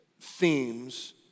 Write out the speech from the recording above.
themes